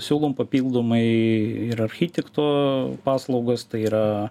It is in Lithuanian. siūlom papildomai ir architekto paslaugos tai yra